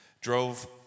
drove